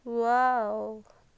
wow